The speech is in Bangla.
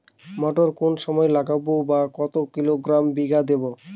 মটর কোন সময় লাগাবো বা কতো কিলোগ্রাম বিঘা দেবো?